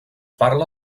parla